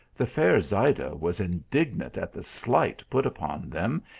the fair zaycla was indignant at the slight put upon them,